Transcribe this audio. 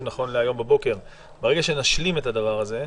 נכון להבוקר ברגע שנשלים את הדבר הזה,